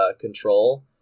control